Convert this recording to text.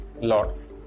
lots